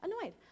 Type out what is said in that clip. annoyed